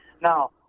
Now